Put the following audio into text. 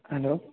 hello